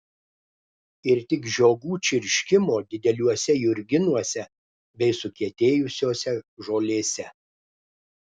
ir tik žiogų čirškimo dideliuose jurginuose bei sukietėjusiose žolėse